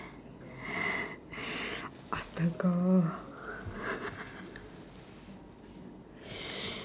astaga